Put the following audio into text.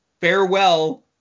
farewell